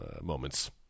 moments